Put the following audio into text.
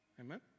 Amen